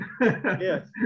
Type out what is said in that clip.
Yes